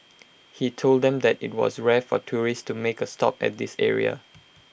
he told them that IT was rare for tourists to make A stop at this area